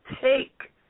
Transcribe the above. take